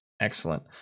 Excellent